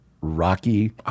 Rocky